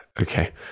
okay